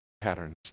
patterns